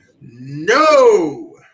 No